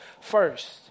first